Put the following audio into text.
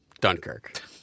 Dunkirk